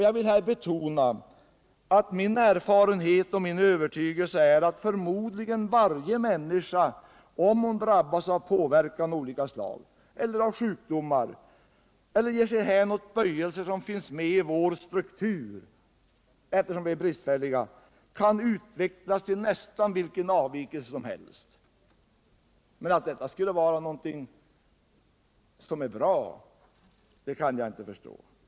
Jag vill här betona att min erfarenhet och min övertygelse är att varje människa, om hon drabbas av påverkan av olika slag eller av sjukdomar eller om hon ger sig hän åt böjelser som finns med i vår struktur — eftersom vi är bristfälliga — kan utvecklas till nästan vilken avvikelse som helst. Men att detta skulle vara någonting bra kan jag inte förstå.